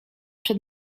przed